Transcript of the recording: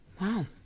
Wow